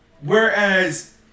whereas